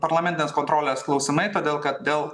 parlamentinės kontrolės klausimai todėl kad dėl